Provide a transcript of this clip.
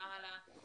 וגם על המאמצים